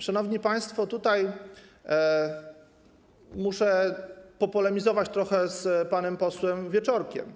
Szanowni państwo, muszę popolemizować trochę z panem posłem Wieczorkiem.